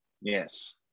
Yes